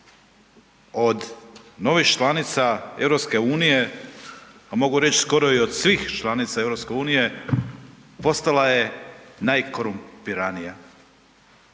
od novih članica EU-a a mogu reć skoro i od svih članica EU-a, postala je najkorumpiranija.